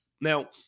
now